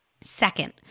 Second